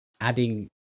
adding